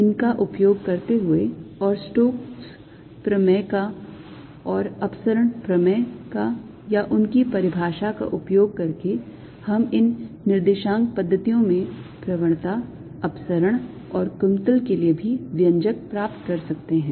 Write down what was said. इनका उपयोग करते हुए और स्टोक्स प्रमेय का और अपसरण प्रमेय का या उनकी परिभाषा का उपयोग करके हम इन निर्देशांक पद्धतियों में प्रवणता अपसरण और कुंतल के लिए भी व्यंजक प्राप्त कर सकते हैं